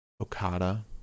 Okada